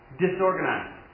disorganized